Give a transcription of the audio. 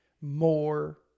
more